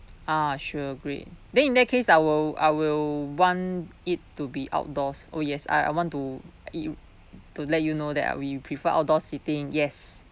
ah sure great then in that case I will I will want it to be outdoors oh yes I I want to eat to let you know that we prefer outdoor seating yes